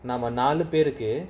நாமநாலுபேருக்கு:nama naluperuku